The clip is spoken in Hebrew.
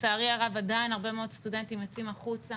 לצערי הרב עדיין הרבה מאוד סטודנטים יוצאים החוצה